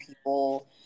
people